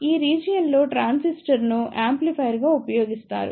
ఈ రీజియన్ లో ట్రాన్సిస్టర్ను యాంప్లిఫైయర్గా ఉపయోగిస్తారు